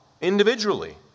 individually